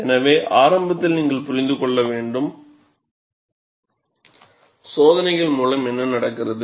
எனவே ஆரம்பத்தில் நீங்கள் புரிந்து கொள்ள வேண்டும் சோதனைகள் மூலம் என்ன நடக்கிறது